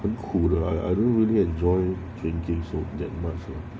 很苦的 I I don't really enjoy drinking so that much lah